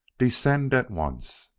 descend at once.